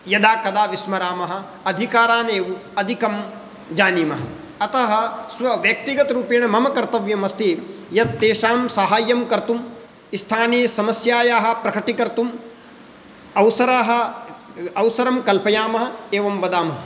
यदा कदा विस्मरामः अधिकारान् एव अधिकं जानीमः अतः स्वव्यक्तिगतरूपेण मम कर्तव्यं अस्ति यत् तेषां साहाय्यं कर्तुं स्थानीयसमस्यायाः प्रकटीकर्तुं अवसरः अवसरं कल्पयामः एवं वदामः